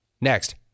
Next